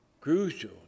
crucial